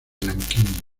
nankín